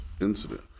incident